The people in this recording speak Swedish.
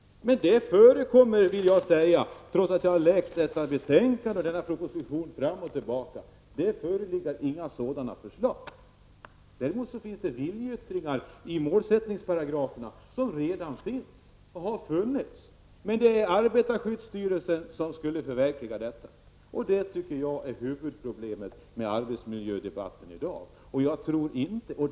Men det förekommer, det vill jag säga trots att jag har läst detta betänkande och denna proposition fram och tillbaka, inga sådana förslag. Däremot finns viljeyttringar i målsättningsparagraferna som redan finns och har funnits. Det är arbetarskyddsstyrelsen som skulle förverkliga detta. Det tycker jag är huvudproblemet med arbetsmiljödebatten i dag.